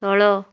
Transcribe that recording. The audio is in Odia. ତଳ